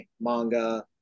manga